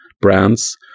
brands